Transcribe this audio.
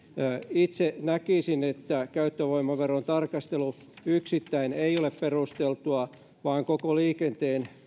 itse näkisin että käyttövoimaveron tarkastelu yksittäin ei ole perusteltua vaan koko liikenteen